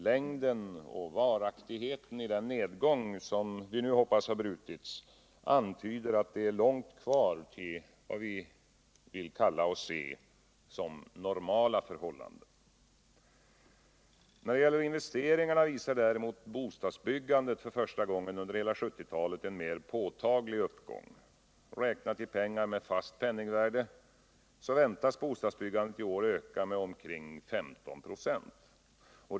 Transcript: Längden och varaktigheten i den nedgång som vi nu hoppas har brutits antyder att det är långt kvar till vad vi vill kalla ”normala” förhållanden. När det gäller investeringarna visar däremot bostadsbyggandet för första gången under hela 1970-talet en mera påtaglig uppgång. Räknat i pengar med fast penningvärde väntas bostadsbyggandet i år öka med omkring 15 96.